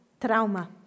Trauma